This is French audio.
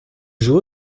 joues